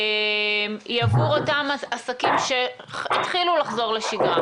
היא עבור אותם עסקים שהתחילו לחזור לשגרה.